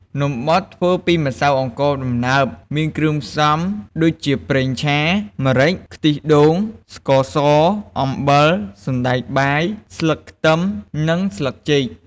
នំបត់ធ្វើពីម្សៅអង្ករដំណើបមានគ្រឿងផ្សំុដូចជាប្រេងឆា ម្រេច ខ្ទិះដូង ស្ករស អំបិល សណ្តែកបាយ ស្លឹកខ្ទឹម និងស្លឹកចេក។